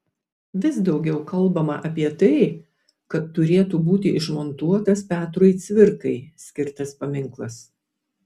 vis daugiau kalbama apie tai kad turėtų būti išmontuotas petrui cvirkai skirtas paminklas